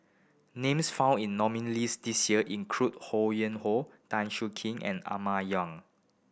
names found in nominees' list this year include Ho Yuen Hoe Tan Siak Kew and Emma Yong